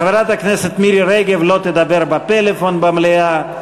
חברת הכנסת מירי רגב לא תדבר בפלאפון במליאה,